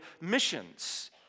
missions